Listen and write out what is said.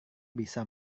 bisa